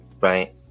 Right